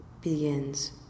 begins